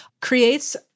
creates